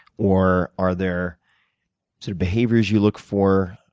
or are there sort of behaviors you look for,